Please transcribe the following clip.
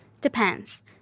Depends